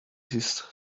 his